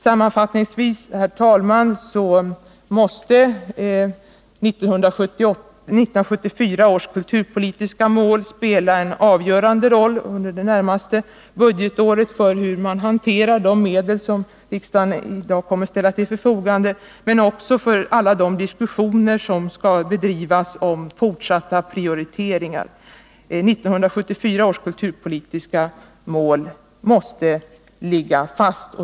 Sammanfattningsvis, herr talman, måste under det närmaste budgetåret 1974 års kulturpolitiska mål ha en avgörande inverkan på hur man hanterar de medel som riksdagen i dag kommer att ställa till förfogande för kulturändamål men också på alla de diskussioner som skall föras om fortsatta prioriteringar. 1974 års kulturpolitiska mål måste ligga fast.